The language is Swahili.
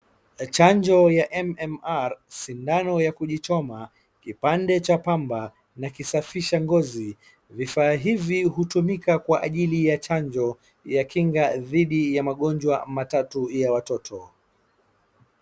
Chanjo ya MMR , sindano ya kujichoma, kipande cha pamba na kisafisha ngozi, vifaa hivi hutumika kwa ajili ya chanjo ya kinga dhidi ya magonjwa matatu ya watoto.